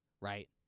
right